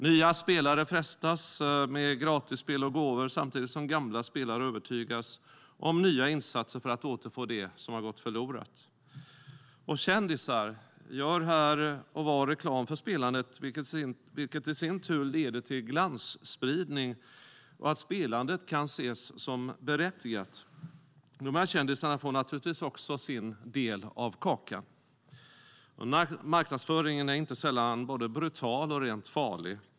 Nya spelare frestas med gratisspel och gåvor, samtidigt som gamla spelare övertygas om nya insatser för att återfå det som har gått förlorat. Kändisar gör här och var reklam för spelandet, vilket i sin tur leder till glansspridning och att spelandet kan ses som berättigat. Dessa kändisar får naturligtvis också sin del av kakan. Marknadsföringen är inte sällan brutal och rent farlig.